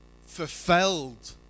fulfilled